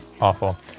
Awful